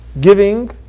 giving